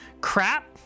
crap